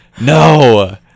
No